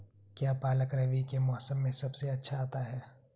क्या पालक रबी के मौसम में सबसे अच्छा आता है?